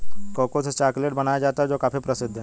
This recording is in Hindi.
कोको से चॉकलेट बनाया जाता है जो काफी प्रसिद्ध है